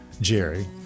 jerry